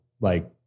like-